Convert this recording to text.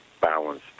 balance